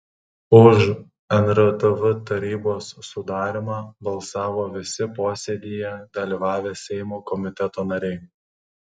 už nrtv tarybos sudarymą balsavo visi posėdyje dalyvavę seimo komiteto nariai